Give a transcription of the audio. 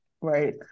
Right